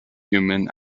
human